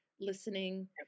Listening